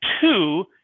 two